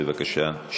בבקשה.